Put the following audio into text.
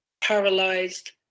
paralyzed